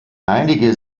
einige